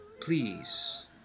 Please